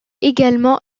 également